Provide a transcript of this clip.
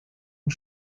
und